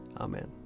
Amen